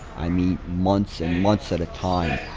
i mean, months and months at a time.